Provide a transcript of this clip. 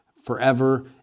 Forever